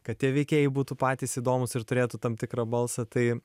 kad tie veikėjai būtų patys įdomūs ir turėtų tam tikrą balsą tai